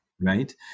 right